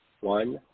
one